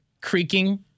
creaking